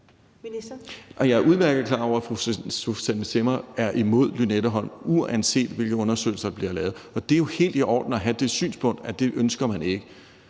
Jeg er udmærket klar over, at fru Susanne Zimmer er imod Lynetteholm, uanset hvilke undersøgelser der bliver lavet. Det er jo helt i orden at have det synspunkt, at det ønsker man ikke,